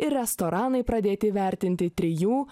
ir restoranai pradėti vertinti trijų